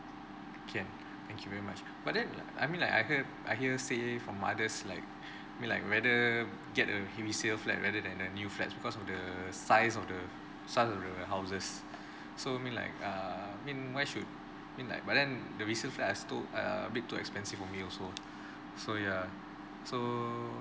can thank you very much but then I mean like I heard I hear say from others like mean like whether get a resale flat rather than a new fat because of the size of the some of your houses so mean like err mean why should mean like but then resale flat are err a bit too expensive for me also so yeah so